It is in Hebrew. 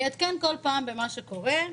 אני אעדכן כל פעם במה שקורה.